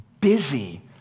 busy